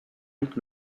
luc